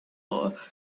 law